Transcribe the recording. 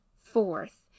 fourth